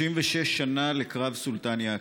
36 שנה לקרב סולטאן יעקוב.